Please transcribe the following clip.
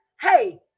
hey